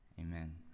amen